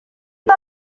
per